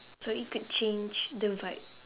so it could change the vibe